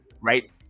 right